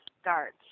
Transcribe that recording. start